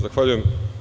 Zahvaljujem.